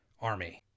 army